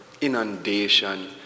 inundation